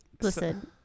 Listen